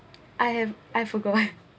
I have I forgot